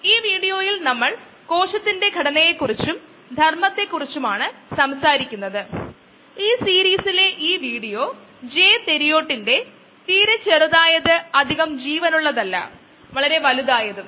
ഈ മോഡുകളുടെ ചില അടിസ്ഥാന വിശകലനം നോക്കാം അത്തരമൊരു വിശകലനം ഡിസൈൻ തരത്തിലുള്ള ചോദ്യത്തിന് ഉത്തരം നൽകാൻ നമ്മളെ സഹായിക്കും